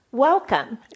Welcome